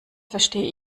verstehe